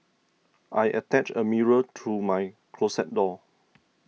I attached a mirror to my closet door